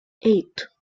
eight